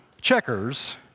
Checkers